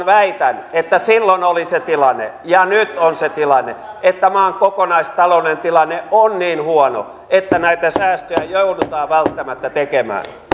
väitän että silloin oli se tilanne ja nyt on se tilanne että maan kokonaistaloudellinen tilanne on niin huono että näitä säästöjä joudutaan välttämättä tekemään